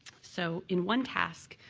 so in one task,